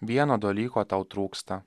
vieno dalyko tau trūksta